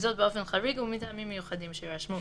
וזאת באופן חריג ומטעמים מיוחדים שיירשמו,